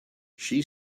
she